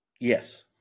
Yes